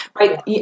right